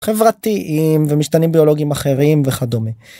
חברתיים ומשתנים ביולוגים אחרים וכדומה.